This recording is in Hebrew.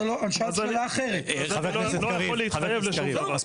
אז אני אשאל שאלה אחרת --- אני לא יכול להתחייב לך לשום דבר.